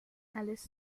alice